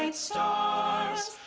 um stars